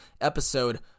episode